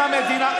אם המדינה,